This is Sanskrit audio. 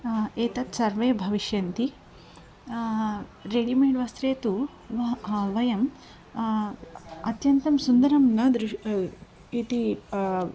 एतत् सर्वे भविष्यन्ति रेडि मेड् वस्त्रे तु व वयम् अत्यन्तं सुन्दरं न दृश् इति